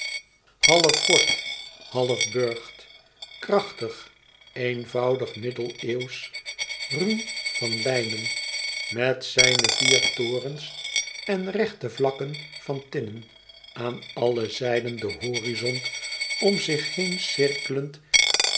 half fort half burcht krachtig eenvoudig middeneeuwsch ruw van lijnen met zijne vier torens en rechte vlakken van tinnen aan alle zijden den horizont om zich heen cirkelend